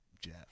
Jeff